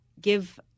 give